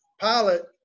pilot